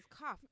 cough